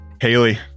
Haley